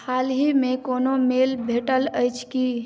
हालहिमे कोनो मेल भेटल अछि की